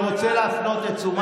חבר